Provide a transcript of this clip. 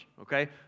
okay